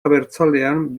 abertzalean